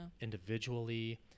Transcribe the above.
individually